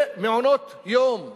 ומעונות יום לילדים.